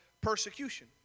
persecution